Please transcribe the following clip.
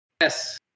Yes